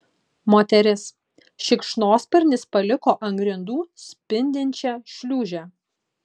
moteris šikšnosparnis paliko ant grindų spindinčią šliūžę